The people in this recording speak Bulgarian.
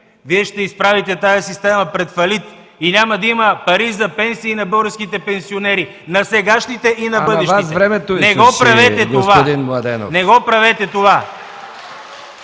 Вие ще изправите тази система пред фалит и няма да има пари за пенсии на българските пенсионери, на сегашните и на бъдещите. ПРЕДСЕДАТЕЛ